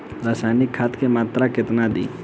रसायनिक खाद के मात्रा केतना दी?